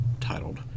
titled